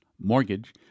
mortgage